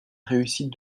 réussite